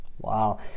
Wow